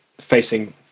facing